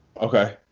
Okay